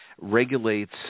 regulates